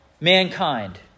mankind